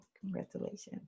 Congratulations